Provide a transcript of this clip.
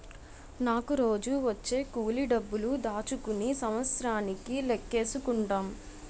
నాకు రోజూ వచ్చే కూలి డబ్బులు దాచుకుని సంవత్సరానికి లెక్కేసుకుంటాం